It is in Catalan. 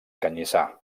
canyissar